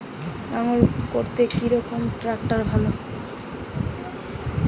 লাঙ্গল করতে কি রকম ট্রাকটার ভালো?